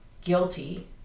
guilty